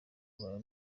rwawe